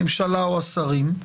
הממשלה או השרים,